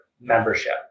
membership